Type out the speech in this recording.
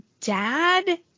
dad